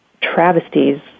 travesties